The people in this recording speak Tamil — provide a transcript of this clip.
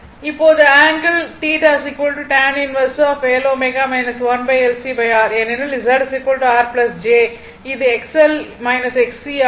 இப்போது ஆங்கிள் ஏனெனில் Z R j இது XL XC ஆகும்